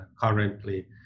currently